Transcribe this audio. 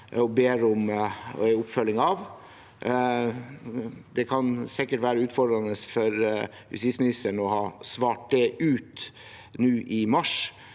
de ber om en oppfølging av. Det kan sikkert være utfordrende for justisministeren å få svart ut det nå i mars,